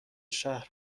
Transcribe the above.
شهر